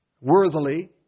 Worthily